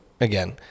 again